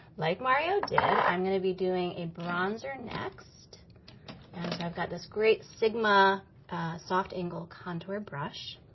like mario did, i'm gonna be doing a bronzer next. and i've got this great sigma soft angle contour brush,